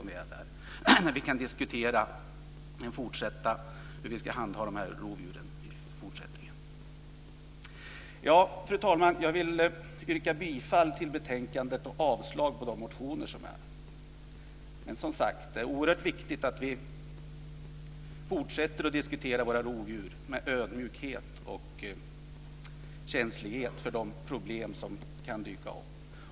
Då kan vi diskutera hur vi ska handha de här rovdjuren i fortsättningen. Fru talman! Jag vill yrka bifall till förslaget i betänkandet och avslag på de motioner som finns. Det är oerhört viktigt att vi fortsätter att diskutera våra rovdjur med ödmjukhet och känslighet för de problem som kan dyka upp.